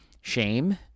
shame